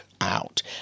out